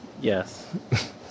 yes